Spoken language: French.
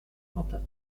quentin